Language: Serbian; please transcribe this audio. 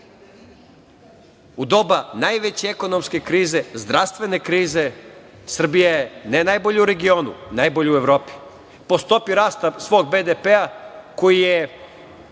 možda najveće ekonomske krize, zdravstvene krize, Srbija je, ne najbolja u regionu, najbolja je u Evropi po stopi rasta svog BDP koji je